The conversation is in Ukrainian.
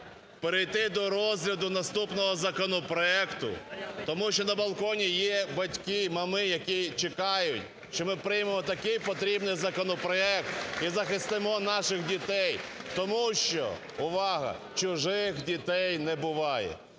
перейти до розгляду наступного законопроекту. Тому що на балконі є батьки, мами, які чекають, що ми приймемо такий потрібний законопроект і захистимо наших дітей. (Оплески) Тому що, увага, чужих дітей не буває.